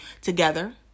together